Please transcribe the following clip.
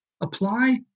apply